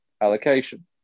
allocation